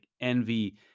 envy